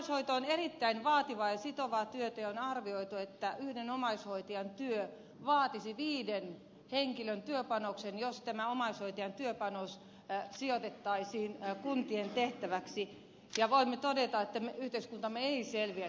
omaishoito on erittäin vaativaa ja sitovaa työtä ja on arvioitu että yhden omaishoitajan työ vaatisi viiden henkilön työpanoksen jos tämä omaishoitajan työpanos sijoitettaisiin kuntien tehtäväksi ja voimme todeta että yhteiskuntamme ei selviäisi ilman omaishoitoa